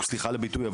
סליחה על הביטוי,